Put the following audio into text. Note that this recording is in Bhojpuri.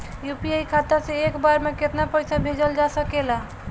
यू.पी.आई खाता से एक बार म केतना पईसा भेजल जा सकेला?